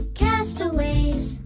castaways